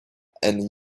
and